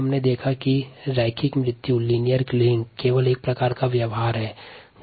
हमने यह भी देखा कि यह रेखीय मारण केवल एक प्रकार का व्यवहार है